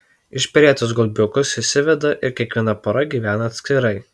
išperėtus gulbiukus išsiveda ir kiekviena pora gyvena atskirai